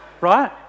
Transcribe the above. right